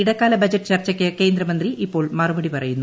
ഇടക്കാല ബജറ്റ് ചർച്ചയ്ക്ക് ലോക്സഭയിൽ ് കേന്ദ്രമന്ത്രി ഇപ്പോൾ മറുപടി പറയുന്നു